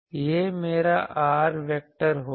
यह मेरा r vector होगा